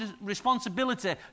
responsibility